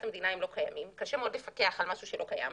המדינה הם לא קיימים וקשה מאוד לפקח על משהו שלא קיים.